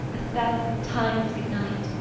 a thousand times good night!